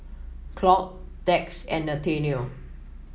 Claud Dax and Nathanial